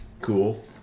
Cool